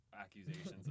accusations